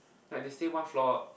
like they stay one floor